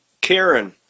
Karen